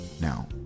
now